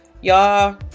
y'all